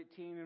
18